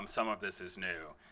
um some of this is new.